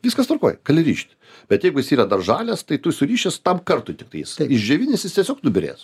viskas tvarkoj gali rišti bet jeigu jis yra dar žalias tai tu surišęs tam kartui tiktais išdžiovinęs jis tiesiog nubyrės